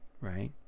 right